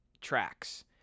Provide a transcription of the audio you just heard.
tracks